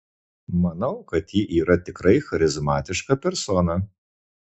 manau kad ji yra tikrai charizmatiška persona